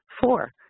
Four